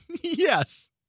Yes